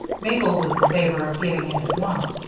mabel was in favor of giving it at once,